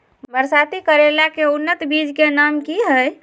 बरसाती करेला के उन्नत बिज के नाम की हैय?